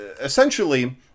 essentially